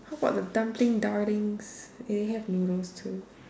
how about the dumpling darlings do they have noodles too